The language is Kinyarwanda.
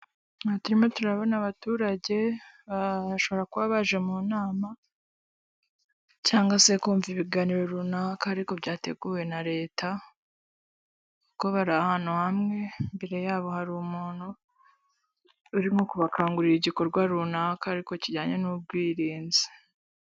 Hano turimo turabona abaturage bashobora kuba baje mu nama, cyangwa se kumva ibiganiro runaka ariko byateguwe na leta, kuko bari ahantu hamwe mbere yabo hari umuntu, urimo kubakangurira igikorwa runaka ariko kijyanye n'ubwirinzi.